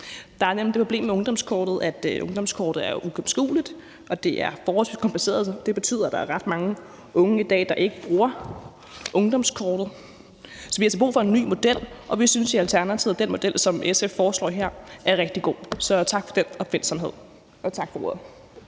Der er nemlig det problem med ungdomskortet, at ungdomskortet er uigennemskueligt, og det er forholdsvis kompliceret. Det betyder, at der er ret mange unge i dag, der ikke bruger ungdomskortet, så vi har altså brug for ny model. Og vi synes i Alternativet, at den model, som